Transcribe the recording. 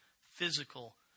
physical